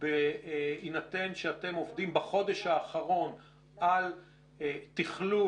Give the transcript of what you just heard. בהינתן שאתם עובדים בחודש האחרון על תכלול